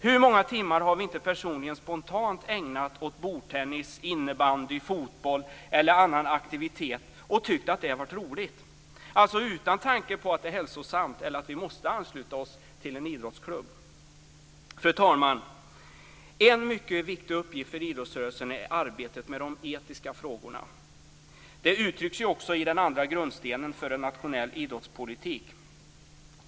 Hur många timmar har vi inte personligen spontant ägnat åt bordtennis, innebandy, fotboll eller annan aktivitet och tyckt att det har varit roligt, utan tanke på att det är hälsosamt eller att vi måste ansluta oss till en idrottsklubb? Fru talman! En mycket viktig uppgift för idrottsrörelsen är arbetet med de etiska frågorna, vilket också uttrycks i den andra grundstenen för en nationell idrottspolitik.